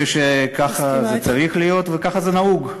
אני חושב שככה זה צריך להיות, וככה זה נהוג,